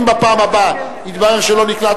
אם בפעם הבאה יתברר שלא נקלט,